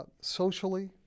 socially